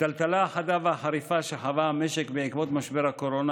הטלטלה החדה והחריפה שחווה המשק בעקבות משבר הקורונה